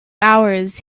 hours